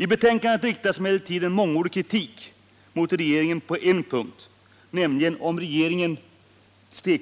I betänkandet riktas emellertid en mångordig kritik mot regeringen på en punkt, nämligen om regeringen i